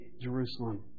Jerusalem